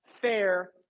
fair